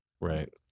Right